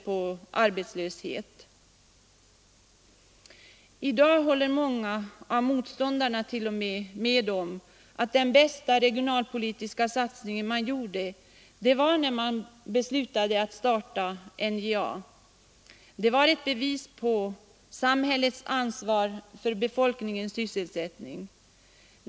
I dag håller t.o.m. många av motståndarna med om att den bästa regionalpolitiska satsningen var beslutet att starta NJA. Det var ett bevis på samhällets ansvar för befolkningens sysselsättning.